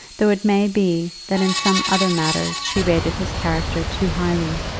though it may be that in some other matters she rated his character too highly.